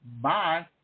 Bye